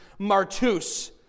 martus